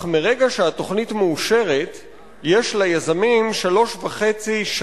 אך מרגע שהתוכנית מאושרת יש ליזמים שלוש שנים וחצי,